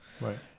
right